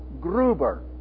Gruber